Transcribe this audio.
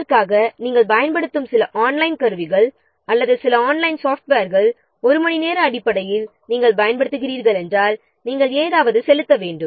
அதற்காக நாம் பயன்படுத்தும் சில ஆன்லைன் கருவிகள் அல்லது சில ஆன்லைன் சாப்ட்வேர்கள் ஒரு மணி நேர அடிப்படையில் நாம் பயன்படுத்துகிறோம் என்றால் ஏதாவது செலுத்த வேண்டும்